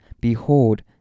Behold